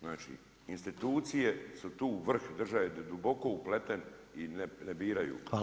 Znači institucije su tu vrh države duboko upleten i ne biraju.